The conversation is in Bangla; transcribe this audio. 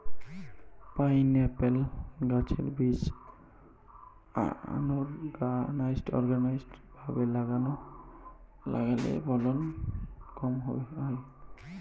পাইনএপ্পল গাছের বীজ আনোরগানাইজ্ড ভাবে লাগালে ফলন কম হয়